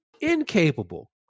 incapable